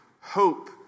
Hope